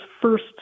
first